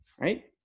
right